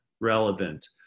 relevant